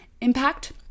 impact